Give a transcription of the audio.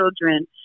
children